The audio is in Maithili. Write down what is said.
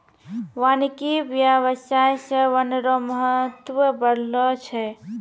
वानिकी व्याबसाय से वन रो महत्व बढ़लो छै